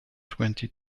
twenty